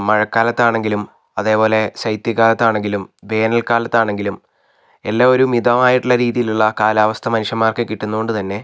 മഴക്കാലത്താണെങ്കിലും അതേപോലെ ശൈത്യ കാലത്താണെങ്കിലും വേനൽക്കാലത്താണെങ്കിലും എല്ലാം ഒരു മിതമായിട്ടുള്ള രീതിയിലുള്ള കാലാവസ്ഥ മനുഷ്യന്മാർക്ക് കിട്ടുന്നതുകൊണ്ട് തന്നെ